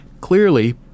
Clearly